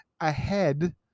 ahead